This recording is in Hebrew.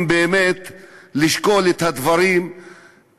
אם באמת להגיד אותם.